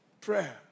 Prayer